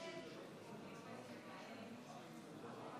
שלושה נמנעים.